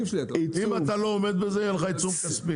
אם אתה לא עומד בזה יהיה לך עיצום כספי.